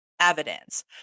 evidence